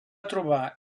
trobar